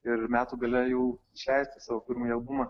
ir metų gale jau išleisti savo pirmąjį albumą